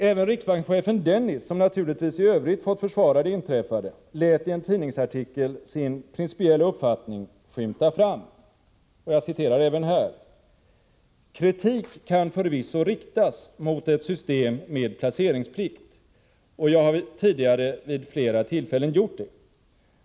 Även riksbankschefen Dennis, som naturligtvis i övrigt har fått försvara det inträffade, lät i en tidningsartikel sin principiella uppfattning skymta fram: Kritik kan förvisso riktas mot ett system med placeringsplikt, och jag har tidigare vid flera tillfällen gjort det.